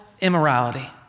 immorality